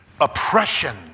oppression